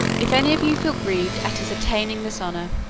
if any of you feel grieved at his attaining this honor,